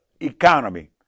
economy